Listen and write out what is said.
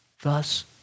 Thus